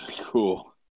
cool